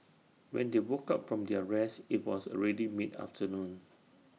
when they woke up from their rest IT was already mid afternoon